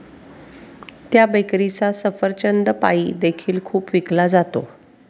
त्या बेकरीचा सफरचंद पाई देखील खूप विकला जातो